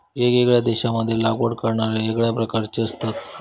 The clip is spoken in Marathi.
येगयेगळ्या देशांमध्ये लागवड करणारे येगळ्या प्रकारचे असतत